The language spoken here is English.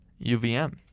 UVM